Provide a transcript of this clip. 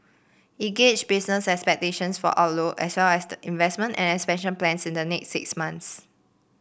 it gauge business expectations for outlook as well as the investment and expansion plans in the next six months